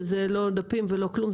שזה לא דפים ולא כלום,